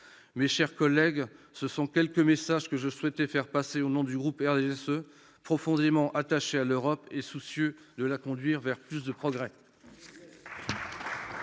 Mes chers collègues, tels sont les quelques messages que je souhaitais faire passer au nom du groupe du RDSE, profondément attaché à l'Europe et soucieux de la conduire vers plus de progrès.